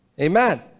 Amen